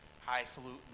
highfalutin